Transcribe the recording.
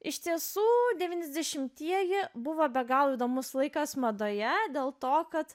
iš tiesų devyniasdešimtieji buvo be galo įdomus laikas madoje dėl to kad